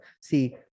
see